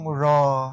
raw